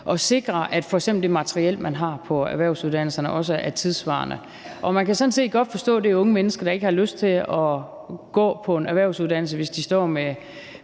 at sikre, at f.eks. det materiel, man har på erhvervsuddannelserne, er tidssvarende. Man kan sådan set godt forstå det unge menneske, der ikke har lyst til gå på en erhvervsuddannelse, hvis man står med